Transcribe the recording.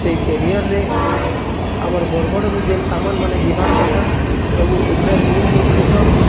ସେଇ କେରିଅରରେ ଆମର ବରଗଡ଼ ନୁ ଯେନ୍ ସାମାନ୍ ମାନେ ଯିବାର୍ କଥା ସବୁ ଉପରେ ଲୋଡ଼ କରିଥିସନ